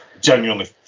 Genuinely